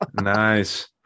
Nice